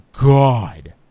God